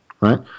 right